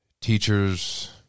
teachers